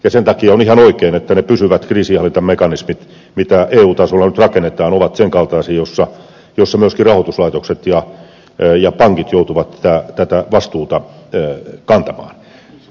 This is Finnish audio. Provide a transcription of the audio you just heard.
ja sen takia on ihan oikein että ne pysyvät kriisinhallintamekanismit mitä eu tasolla nyt rakennetaan ovat sen kaltaisia että myöskin rahoituslaitokset ja pankit joutuvat tätä vastuuta kantamaan